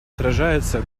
отражается